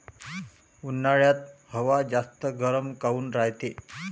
उन्हाळ्यात हवा जास्त गरम काऊन रायते?